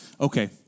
Okay